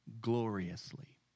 gloriously